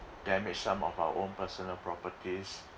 damage some of our own personal properties